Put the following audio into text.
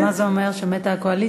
אז מה זה אומר, שמתה הקואליציה?